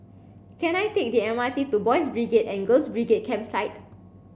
can I take the M R T to Boys' Brigade and Girls' Brigade Campsite